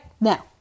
Now